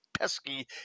pesky